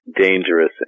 dangerous